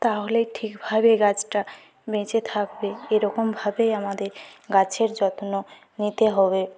তাহলেই ঠিকভাবে গাছটা বেঁচে থাকবে এরকমভাবেই আমাদের গাছের যত্ন নিতে হবে